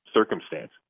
circumstance